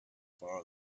far